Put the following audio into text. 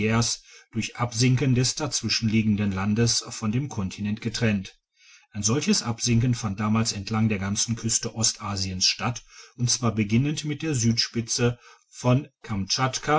durch absinken des dazwischenliegenden landes von dem kontinente getrennt ein solches absinken fand damals entlang der ganzen küste ostasiens statt und zwar beginnend mit der südspitze von